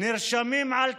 נרשמים על תנאי,